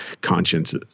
conscience